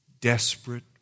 desperate